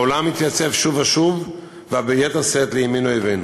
העולם מתייצב שוב ושוב, וביתר שאת, לימין אויבינו.